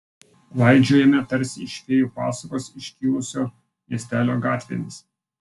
klaidžiojame tarsi iš fėjų pasakos iškilusio miestelio gatvėmis